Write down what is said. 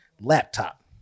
laptop